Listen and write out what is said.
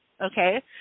okay